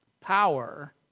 Power